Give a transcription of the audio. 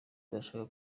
turashaka